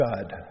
God